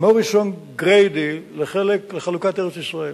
מוריסון-גריידי לחלוקת ארץ-ישראל.